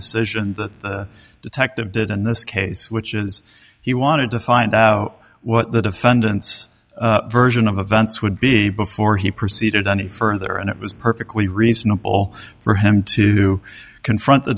decision that detective did in this case which is he wanted to find out what the defendant's version of events would be before he proceeded any further and it was perfectly reasonable for him to confront the